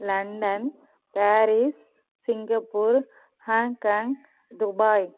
London Paris Singapore Hong Kong Dubai